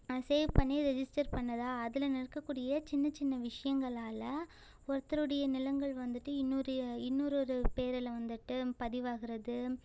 save பண்ணி register பண்ணுதா அதில் நடக்கக்கூடிய சின்ன சின்ன விஷயங்களால ஒருத்தரோடைய நிலங்கள் வந்துட்டு இன்னோருய இன்னொரு ஒரு பேரில் வந்துட்டு பதிவாகுறது